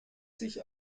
sich